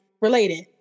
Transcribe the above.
related